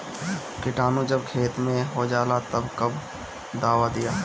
किटानु जब खेत मे होजाला तब कब कब दावा दिया?